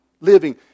living